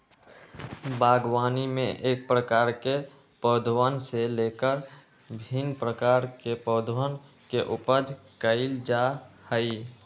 बागवानी में एक प्रकार के पौधवन से लेकर भिन्न प्रकार के पौधवन के उपज कइल जा हई